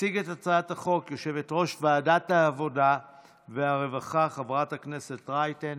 תציג את הצעת החוק יושבת-ראש ועדת העבודה והרווחה חברת הכנסת רייטן.